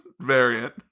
variant